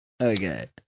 okay